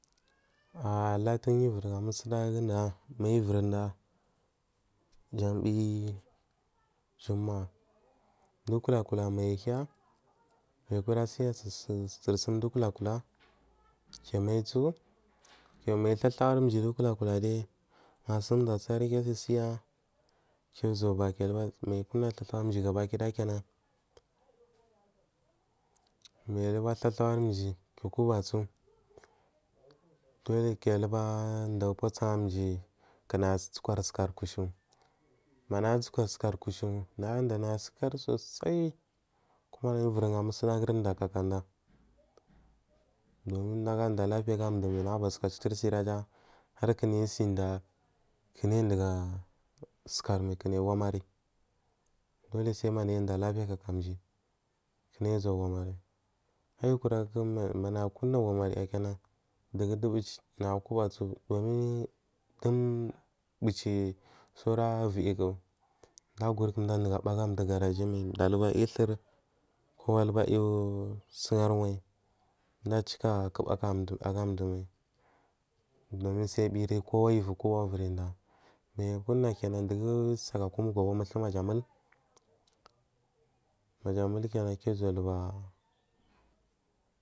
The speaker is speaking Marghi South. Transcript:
A a latur duyu uvirha musudagu diyya mayu uvirida jari viyi jum maa du kula kula mai ahiya mai kura suya sursum du kula kula giya a maisu ja mai ata tawari juyidu a maisu ja mai ata tawari juyidu kulakula deyi ma sun dowu atarigiya asi suye giya usuwabaa gaya aba tawariciyi gabakidaya ke nan maja aruga tatawariciyi gaya a kubasu giya a kubasu kiya aruga duya ubasuwanji yi kana yo asi sukari kushiwu manaya a sukari kushi wu naya aadiya na usukari sosai kuma naya uviri musudo gu diyya kakada yya kakadiyya har kunai asi diyya kunai uduga sokari ga nai a wamari kuku sai mania adaya lapiya kaka diyya gu nai usuwa wammari ayu kura kuku manaya akurna wari kenan dugu dowu buci naya a kubasu domin duwo bu ci saura viyiku nagu a guri ga dowu ga ba aga dowo garajiyi mai sai dowo kowa arugu yu sun a wayi du a cika kubu aga dowo mai domin sai uviyi kowa uviyi kowa u virida nai akurna kenan dugu saka j kumu guwobuwo tuwo majja amul maja a mul kenan kiya usuwa.